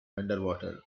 underwater